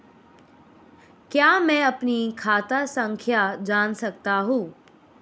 क्या मैं अपनी खाता संख्या जान सकता हूँ?